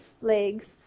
legs